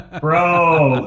bro